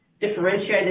differentiated